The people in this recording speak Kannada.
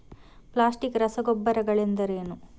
ಪ್ಲಾಸ್ಟಿಕ್ ರಸಗೊಬ್ಬರಗಳೆಂದರೇನು?